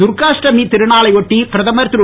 துர்காஷ்டமி திருநாளை ஒட்டி பிரதமர் திரு